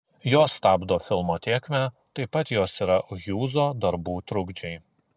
jos stabdo filmo tėkmę taip pat jos yra hjūzo darbų trukdžiai